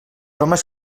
homes